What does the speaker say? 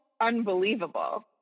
unbelievable